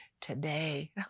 today